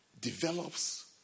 develops